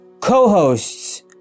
co-hosts